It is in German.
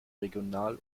regional